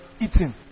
eating